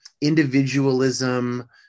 individualism